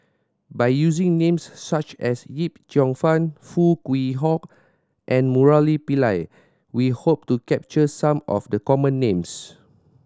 by using names such as Yip Cheong Fun Foo Kwee Horng and Murali Pillai we hope to capture some of the common names